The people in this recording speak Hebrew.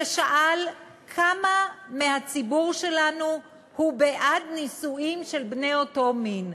ששאל כמה מהציבור שלנו הם בעד נישואים של בני אותו מין.